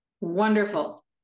Wonderful